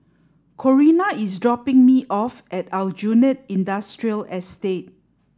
Corina is dropping me off at Aljunied Industrial Estate